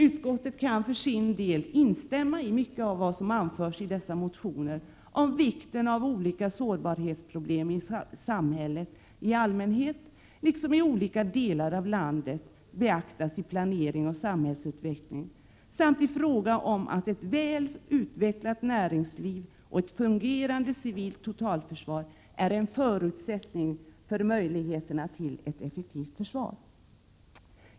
Utskottet kan för sin del instämma i mycket av vad som anförs i dessa motioner om vikten av att olika sårbarhetsproblem i samhället — i olika delar av landet — beaktas när det gäller planering och samhällsutveckling samt i fråga om att ett väl utvecklat näringsliv och ett fungerande civilt totalförsvar är en förutsättning för möjligheterna till ett effektivt försvar.